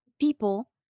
people